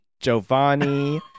Giovanni